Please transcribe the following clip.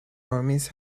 armies